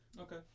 Okay